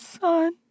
son